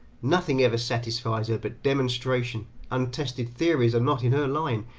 nothing ever satisfies her but demonstration untested theories are not in her line,